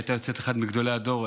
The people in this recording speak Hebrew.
היא הייתה יוצאת אחד מגדולי הדור.